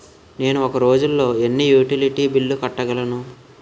నేను ఒక రోజుల్లో ఎన్ని యుటిలిటీ బిల్లు కట్టగలను?